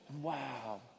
wow